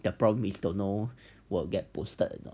the problem is don't know will get posted you know